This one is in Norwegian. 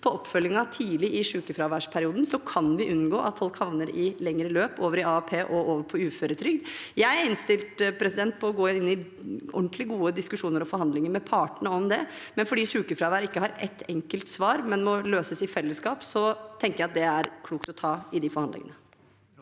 på oppfølgingen tidlig i sykefraværsperioden kan unngå at folk havner i lengre løp over i AAP og over på uføretrygd. Jeg er innstilt på å gå inn i ordentlig gode diskusjoner og forhandlinger med partene om det, men fordi sykefravær ikke har ett enkelt svar, men må løses i fellesskap, tenker jeg at det er klokt å ta det i de forhandlingene.